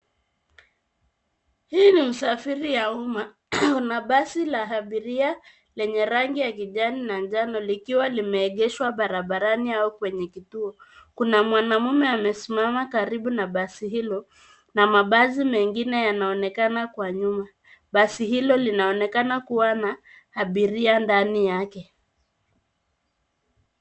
Hii ni msafiri ya umma na basi la abiria lenye rangi ya kijani na njano likiwa limeegeshwa barabarani au kwenye kituo. Kuna mwanamume amesimama karibu na basi hilo na mabasi mengine yanaonekana kwa nyuma. Basi hilo linaonekana kuwa na abiria ndani yake.